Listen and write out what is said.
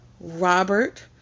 Robert